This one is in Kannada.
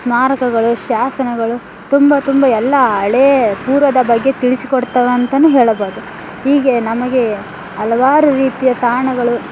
ಸ್ಮಾರಕಗಳು ಶಾಸನಗಳು ತುಂಬ ತುಂಬ ಎಲ್ಲ ಹಳೆ ಪೂರ್ವದ ಬಗ್ಗೆ ತಿಳಿಸಿ ಕೊಡ್ತವೆ ಅಂತಲೂ ಹೇಳಬೋದು ಹೀಗೆ ನಮಗೆ ಹಲವಾರು ರೀತಿಯ ತಾಣಗಳು